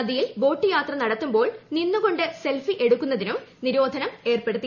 നദിയിൽ ബോട്ട് യാത്ര നടത്തുമ്പോൾ നിന്നുകൊണ്ട് സെൽഫി എടുക്കുന്നതിനും നിരോധനമേർപ്പെടുത്തി